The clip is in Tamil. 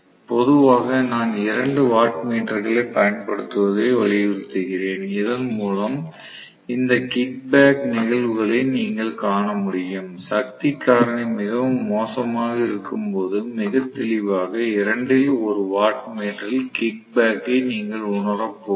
பொதுவாக நான் இரண்டு வாட்மீட்டர்களைப் பயன்படுத்துவதை வலியுறுத்துகிறேன் இதன்மூலம் இந்த கிக் பேக் நிகழ்வுகளை நீங்கள் காண முடியும் சக்தி காரணி மிகவும் மோசமாக இருக்கும்போது மிக தெளிவாக இரண்டில் ஒரு வாட்மீட்டரில் கிக் பேக் ஐ நீங்கள் உணரப் போகிறீர்கள்